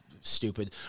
stupid